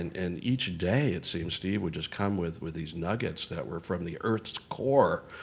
and and each day it seems steve would just come with with these nuggets that were from the earth's core,